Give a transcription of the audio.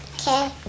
Okay